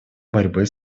борьбы